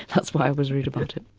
that's why i was rude about it.